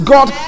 God